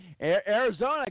Arizona